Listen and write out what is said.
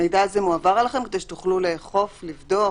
המידע הזה מועבר אליכם כדי שתוכלו לאכוף, לבדוק